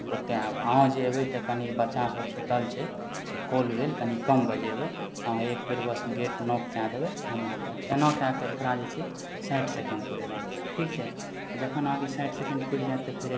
ओतय आयब अहाँ जे एबय तऽ कनी बच्चासभ सुतल छै से कॉलबेल कनी कम बजेबय अहाँ एकबेर बस गेट नॉक कए देबय हम अहाँके आबि जायब ऐना कएक एकरा जे छै साठि सेकण्ड पुरेबाक छै ठीक छै जखन अहाँके साठि सेकण्ड पुरि जायत तऽ फेर एकबेर